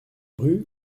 rue